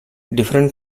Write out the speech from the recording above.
different